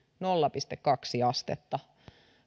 nolla pilkku kaksi astetta